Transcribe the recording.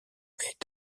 est